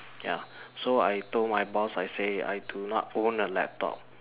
ya so I told my boss I say I do not own a laptop